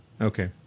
Okay